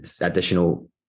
additional